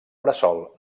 bressol